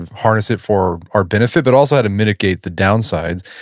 ah harness it for our benefit, but also how to mitigate the downsides.